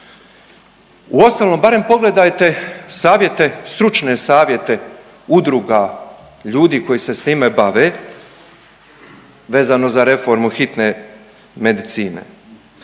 Uostalom barem pogledajte savjete, stručne savjete udruga ljudi koji se s time bave vezano za reformu hitne medicine.